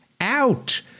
out